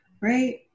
right